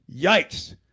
yikes